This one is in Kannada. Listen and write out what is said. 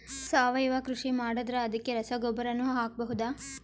ಸಾವಯವ ಕೃಷಿ ಮಾಡದ್ರ ಅದಕ್ಕೆ ರಸಗೊಬ್ಬರನು ಹಾಕಬಹುದಾ?